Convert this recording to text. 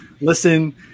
listen